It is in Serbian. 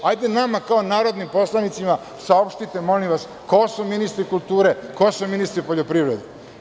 Hajde nama kao narodnim poslanicima saopštite, molim vas, ko su ministri kulture, ko su ministri poljoprivrede.